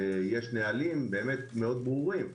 ויש נהלים מאוד ברורים,